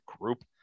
group